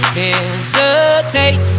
hesitate